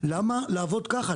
למה לעבוד ככה?